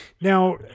Now